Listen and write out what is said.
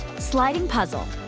sliding puzzle.